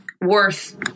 worth